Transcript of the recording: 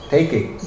Taking